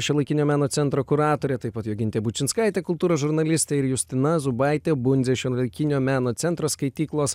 šiuolaikinio meno centro kuratorė taip pat jogintė bučinskaitė kultūros žurnalistai ir justina zubaitė bundzė šiuolaikinio meno centro skaityklos